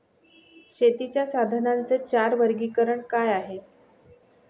शेतीच्या साधनांचे चार वर्गीकरण काय आहे?